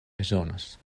bezonas